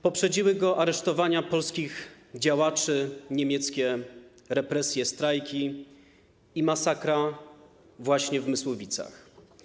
Poprzedziły je aresztowania polskich działaczy, niemieckie represje, strajki i masakra właśnie w Mysłowicach.